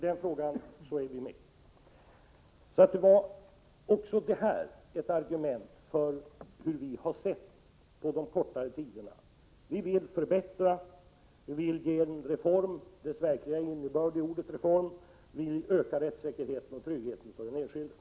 Detta var också ett argument för moderata samlingspartiets uppfattning om de kortare tiderna. Vi vill förbättra, ge ordet reform dess verkliga innebörd och öka rättssäkerheten och tryggheten för den enskilde.